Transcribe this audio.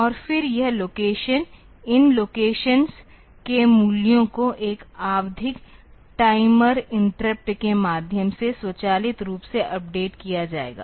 और फिर यह लोकेशनइन लोकेशंस के मूल्यों को एक आवधिक टाइमर इंटरप्ट के माध्यम से स्वचालित रूप से अपडेट किया जाएगा